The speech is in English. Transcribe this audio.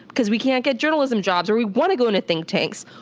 because we can't get journalism jobs. or we wanna go into think tanks.